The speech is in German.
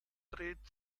dreht